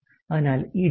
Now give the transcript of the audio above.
അതിനാൽ ഈ D4 2